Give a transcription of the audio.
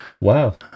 Wow